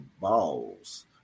balls